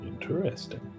Interesting